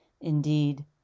Indeed